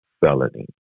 felony